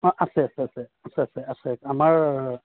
অঁ আছে আছে আছে আছে আছে আছে আমাৰ